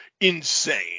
insane